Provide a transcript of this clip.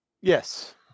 Yes